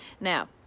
Now